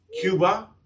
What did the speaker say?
Cuba